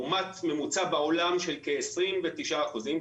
לעומת הממוצע בעולם של כ-29 אחוזים,